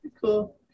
cool